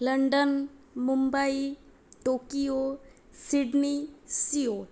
London Mumbai Tokyo Sydney Seoul